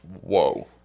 whoa